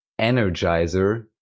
energizer